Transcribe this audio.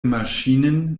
maschinen